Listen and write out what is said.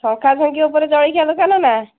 ଛଙ୍କାଛଙ୍କି ଉପରେ ଚଳଖଆ ଦୋକାନ ନା